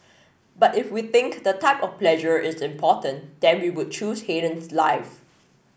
but if we think the type of pleasure is important then we would choose Haydn's life